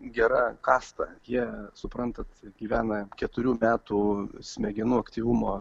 gera kasta jie suprantat gyvena keturių metų smegenų aktyvumo